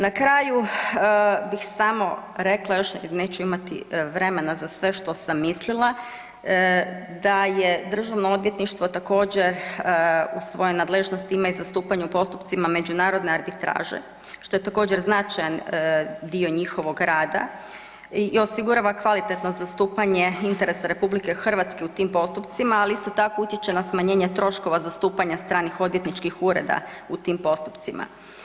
Na kraju bih samo rekla još, neću imati vremena za sve što sam mislila, da je DORH u svojoj nadležnosti ima i zastupanje u postupcima međunarodne arbitraže, što je također, značajan dio njihovog rada i osigurava kvalitetno zastupanje interesa RH u tim postupcima, ali isto tako, utječe na smanjenje troškova zastupanja stranih odvjetničkih ureda u tim postupcima.